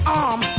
arm